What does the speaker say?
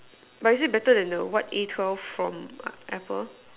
but is it better than the what a twelve from uh apple